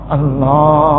Allah